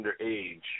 underage